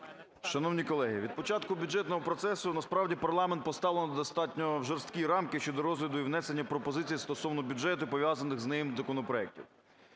Шановні колеги, від початку бюджетного процесу, насправді, парламент поставлено в достатньо жорсткі рамки щодо розгляду і внесення пропозицій стосовно бюджету і пов'язаних з ним законопроектів.